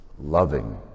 loving